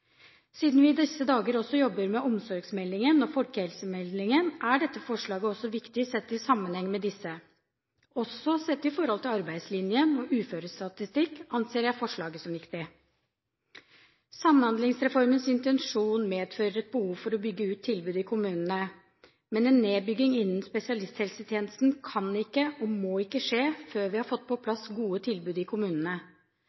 Siden vi i disse dager også jobber med omsorgsmeldingen og folkehelsemeldingen, er dette forslaget også viktig sett i sammenheng med disse. Også sett i forhold til arbeidslinjen og uførestatistikk anser jeg forslaget som viktig. Samhandlingsreformens intensjon medfører et behov for å bygge ut tilbudet i kommunene, men en nedbygging innen spesialisthelsetjenesten kan ikke og må ikke skje før vi har fått på